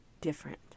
different